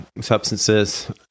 substances